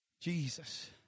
Jesus